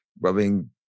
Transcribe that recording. rubbing